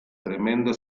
tremendo